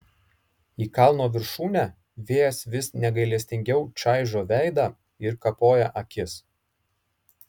į kalno viršūnę vėjas vis negailestingiau čaižo veidą ir kapoja akis